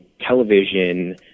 television